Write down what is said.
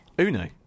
Uno